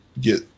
get